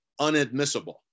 unadmissible